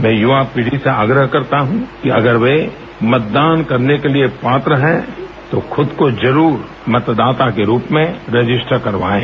मैं युवा पीढ़ी से आग्रह करता हूँ कि अगर वे मतदान करने के लिए पात्र हैं तो खूद को ज़रूर मतदाता के रूप में रजिस्टर करवाएँ